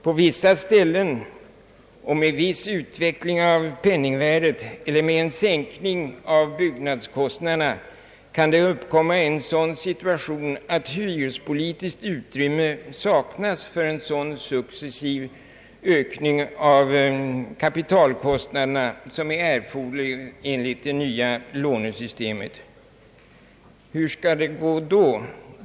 På vissa ställen och med viss utveckling av penningvärdet, eller t.ex. en sänkning av byggnadskostnaderna, kan det uppkomma en sådan situation, att hyrespolitiskt utrymme saknas för en sådan successiv ökning av kapitalkostnaderna som är erforderlig enligt det nya lånesystemet. Hur skall det gå då?